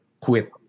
quit